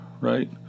right